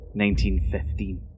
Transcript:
1915